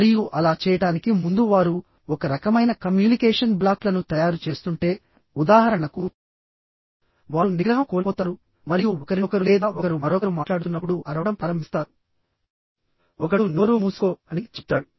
మరియు అలా చేయడానికి ముందు వారు ఒక రకమైన కమ్యూనికేషన్ బ్లాక్లను తయారు చేస్తుంటే ఉదాహరణకు వారు నిగ్రహం కోల్పోతారు మరియు ఒకరినొకరు లేదా ఒకరు మరొకరు మాట్లాడుతున్నప్పుడు అరవడం ప్రారంభిస్తారు ఒకడు నోరు మూసుకో అని చెప్తాడు